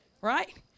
right